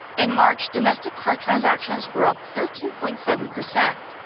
in march, domestic card transactions were up thirteen point seven percent.